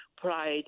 pride